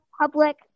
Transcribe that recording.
public